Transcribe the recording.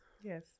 yes